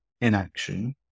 inaction